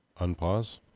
Unpause